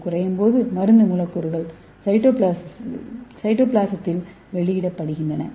இது குறையும் போது மருந்து மூலக்கூறுகள் சைட்டோபிளாஸில் வெளியிடப்படுகின்றன